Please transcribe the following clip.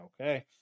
okay